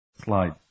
slide